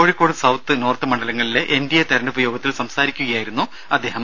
Kozhikode south north മണ്ഡലങ്ങളിലെ NDA തെരഞ്ഞെടുപ്പ് യോഗത്തിൽ സംസാരിക്കുകയായിരുന്നു അദ്ദേഹം